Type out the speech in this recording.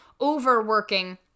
overworking